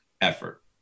effort